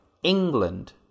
England